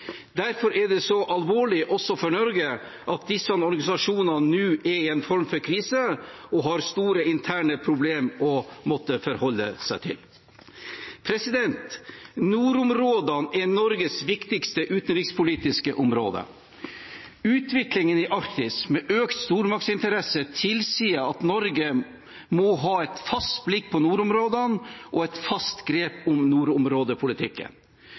Derfor er det så alvorlig også for Norge at disse organisasjonene nå er i en form for krise og har store interne problemer å måtte forholde seg til. Nordområdene er Norges viktigste utenrikspolitiske område. Utviklingen i Arktis, med økt stormaktsinteresse, tilsier at Norge må ha et fast blikk på nordområdene og et fast grep om nordområdepolitikken.